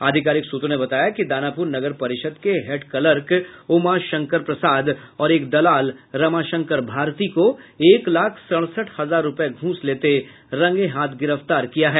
आधिकारिक सूत्रों ने बताया कि दानापूर नगर परिषद के हेड क्लर्क उमाशंकर प्रसाद और एक दलाल रमाशंकर भारती को एक लाख सड़सठ हजार रूपये घूस लेते रंगेहाथ गिरफ्तार किया है